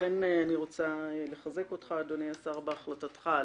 לכן אני רוצה לחזק אותך, אדוני השר, על החלטתך.